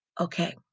Okay